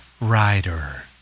Rider